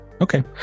Okay